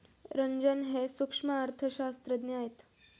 रंजन हे सूक्ष्म अर्थशास्त्रज्ञ आहेत